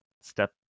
step